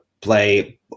play